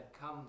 come